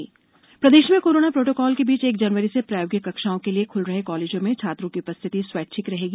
college corona प्रदेश में corona protocol के बीच एक जनवरी से प्रायोगिक कक्षाओं के लिए खुल रहे कॉलेजों में छात्रों की उपस्थिति स्वैच्छिक रहेगी